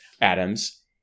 atoms